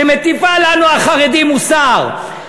שמטיפה לנו החרדים מוסר,